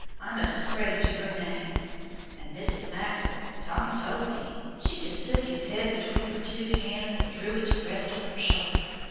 i'm a disgrace to your name and mrs. maxwell tommy told me she just took his head between her two hands, and drew it to rest on her shoulder,